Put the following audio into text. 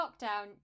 lockdown